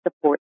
support